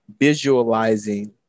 visualizing